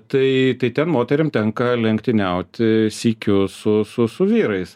tai tai ten moterims tenka lenktyniauti sykiu su su su vyrais